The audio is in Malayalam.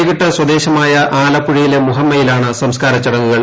വൈകിട്ട് സ്വദേശമായ ആലപ്പുഴയിലെ മുഹമ്മയിലാണ് സംസ്കാര ചടങ്ങുകൾ